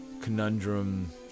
Conundrum